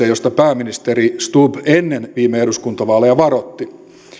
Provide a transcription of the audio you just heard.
josta pääministeri stubb ennen viime eduskuntavaaleja varoitti